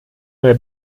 neue